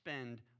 spend